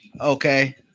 Okay